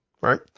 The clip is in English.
right